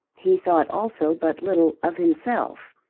he thought also but little of himself.